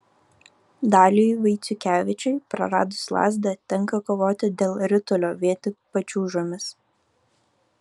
daliui vaiciukevičiui praradus lazdą tenka kovoti dėl ritulio vien tik pačiūžomis